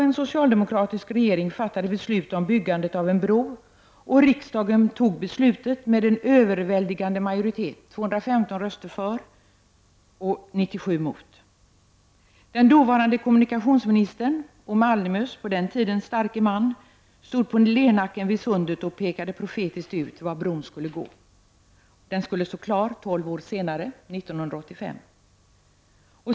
En socialdemokratisk regering lade även då fram förslag om byggandet av en bro. Riksdagen fattade beslutet med en överväldigande majoritet, 215 röster för och 97 mot. Den dåvarande kommunikationsministern och Malmös på den tiden starke man stod på Lernacken vid sunden och pekade profetiskt ut var bron skulle placeras. Den skulle stå klar tolv år senare, 1985.